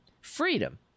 freedom